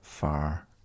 Far